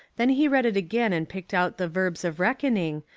then he read it again and picked out the verbs of reckoning,